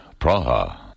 Praha